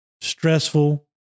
stressful